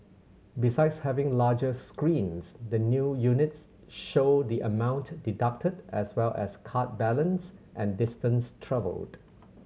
besides having larger screens the new units show the amount deducted as well as card balance and distance travelled